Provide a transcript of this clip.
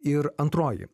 ir antroji